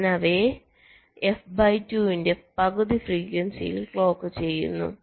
ഞാൻ അവയെ f ബൈ2 ന്റെ പകുതി ഫ്രീക്വൻസിയിൽ ക്ലോക്ക് ചെയ്യുന്നു